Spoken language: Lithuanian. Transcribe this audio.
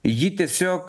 ji tiesiog